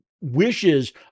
wishes